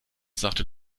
sagte